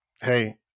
hey